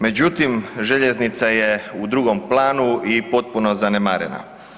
Međutim, željeznica je u drugom planu i potpuno zanemarena.